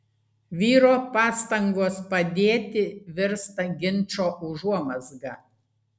vyro pastangos padėti virsta ginčo užuomazga